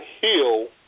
heal